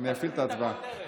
אני אפעיל את ההצבעה.